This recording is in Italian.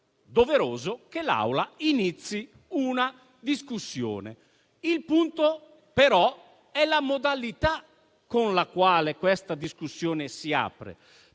doveroso che l'Assemblea inizi la discussione. Il punto, però, è la modalità con la quale questa discussione si apre,